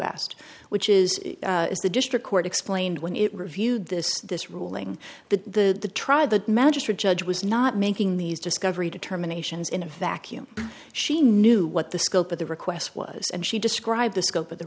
asked which is the district court explained when it reviewed this this ruling the tribe the magistrate judge was not making these discovery determinations in a vacuum she knew what the scope of the requests was and she described the scope of the